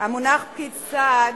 המונח "פקיד סעד"